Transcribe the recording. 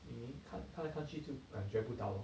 你一看看来看去就感觉不到了